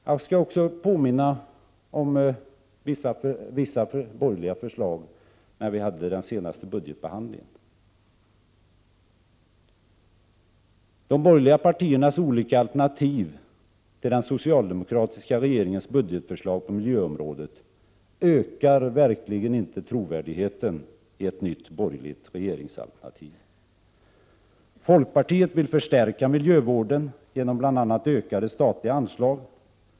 Jag skall också påminna om vissa borgerliga förslag i samband med den senaste budgetbehandlingen. De borgerliga partiernas olika alternativ till den socialdemokratiska regeringens budgetförslag på miljöområdet ökar verkligen inte trovärdigheten i ett nytt borgerligt regeringsalternativ. Folkpartiet vill förstärka miljövården genom bl.a. ökade statliga anslag.